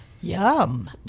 yum